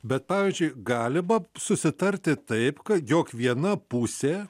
bet pavyzdžiui galima susitarti taip kad jog viena pusė